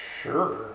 Sure